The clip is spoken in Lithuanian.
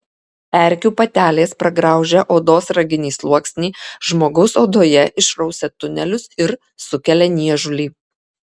erkių patelės pragraužę odos raginį sluoksnį žmogaus odoje išrausia tunelius ir sukelia niežulį